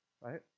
Right